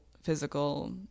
physical